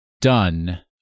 done